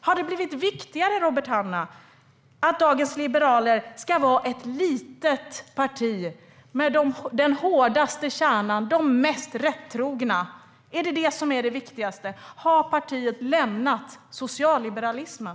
Har det blivit viktigare, Robert Hannah, för dagens liberaler att vara ett litet parti bestående av den hårdaste kärnan, de mest rättrogna? Är det det viktigaste? Har partiet lämnat socialliberalismen?